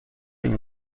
این